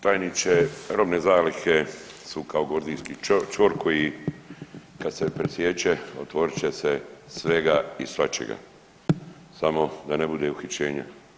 Tajniče, robne zalihe su kao gordijski čvor koji kad se presiječe otvorit će se svega i svačega, samo da ne bude uhićenja.